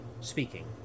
speaking